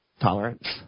tolerance